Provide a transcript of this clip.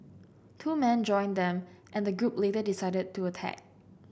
two men joined them and the group later decided to attack